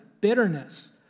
Bitterness